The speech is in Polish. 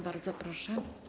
Bardzo proszę.